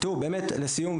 והסרה.